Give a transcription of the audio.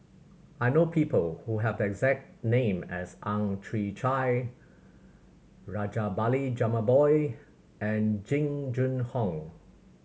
I know people who have the exact name as Ang Chwee Chai Rajabali Jumabhoy and Jing Jun Hong